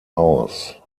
aus